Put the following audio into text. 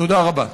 תודה רבה.